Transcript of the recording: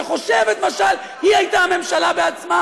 שחושבת משל היא הייתה הממשלה בעצמה,